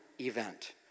event